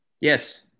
Yes